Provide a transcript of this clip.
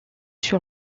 sur